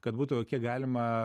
kad būtų kiek galima